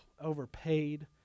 overpaid